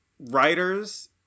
writers